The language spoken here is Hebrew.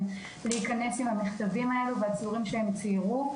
להיכנס עם המכתבים האלה והציורים שהם ציירו.